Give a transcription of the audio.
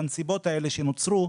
בנסיבות האלה שנוצרו,